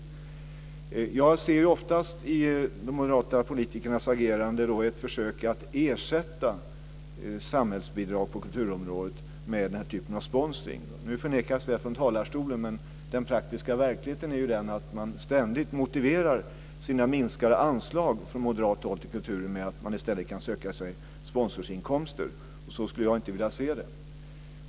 Oftast ser jag i de moderata politikernas agerande ett försök att ersätta samhällsbidrag på kulturområdet med den här typen av sponsring. Nu förnekas det här från talarstolen men den praktiska verkligheten är ju den att man från moderat håll ständigt motiverar sina minskade anslag till kulturen med att det i stället går att söka sig sponsorinkomster. Så skulle jag inte vilja se det.